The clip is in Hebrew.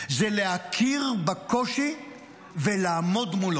זה להכיר בקושי ולעמוד מולו.